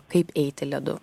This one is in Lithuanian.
kaip eiti ledu